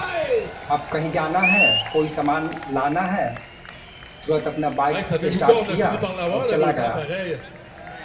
अब कहीं जाना है कोई सामान लाना है तुरंत अपना बाइक स्टार्ट किया और चला गया